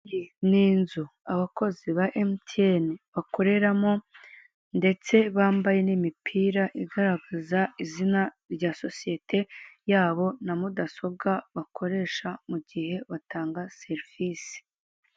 Ni inzu abakozi ba emutiyeni bakoreramo, ndetse bambaye n'imipira igaragaza izina rya sosiyete yabo, na mudasobwa bakoresha mu gihe batanga serivisi.